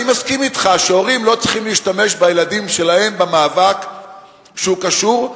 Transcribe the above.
אני מסכים אתך שהורים לא צריכים להשתמש בילדים שלהם במאבק שהוא קשור,